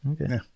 okay